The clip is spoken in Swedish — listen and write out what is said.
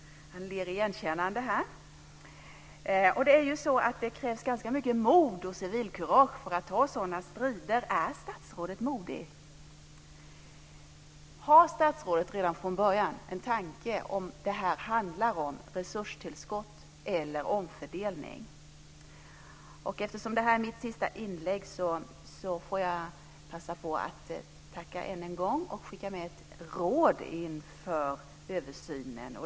Han ler igenkännande. Det krävs mycket mod och civilkurage för att ta sådana strider. Är statsrådet modig? Har statsrådet redan från början en tanke om ifall det handlar om resurstillskott eller omfördelning? Eftersom det här är mitt sista inlägg får jag passa på att tacka än en gång och skicka med ett råd inför översynen.